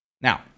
Now